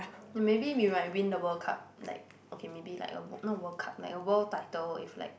then maybe we might win the World Cup like okay maybe like a world not World Cup like a world title if like